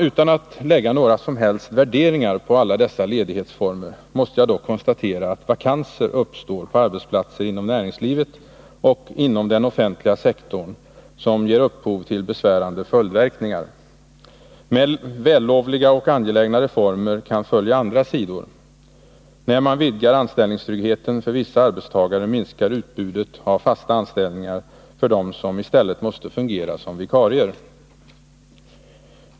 Utan att lägga några som helst värderingar på alla dessa ledighetsformer måste jag dock konstatera att vakanser uppstår på arbetsplatser inom näringslivet och inom den offentliga sektorn som ger upphov till besvärande följdverkningar. Med vällovliga och angelägna reformer kan följa även mindre bra konsekvenser. När man vidgar anställningstryggheten för vissa arbetstagare minskar utbudet av fasta anställningar för dem som i stället måste fungera som vikarier.